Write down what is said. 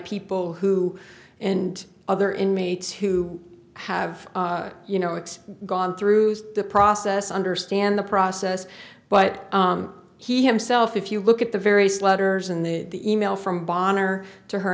people who and other inmates who have you know it's gone through the process understand the process but he himself if you look at the various letters in the email from bonn or to her